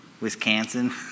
Wisconsin